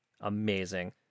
Amazing